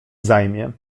zajmie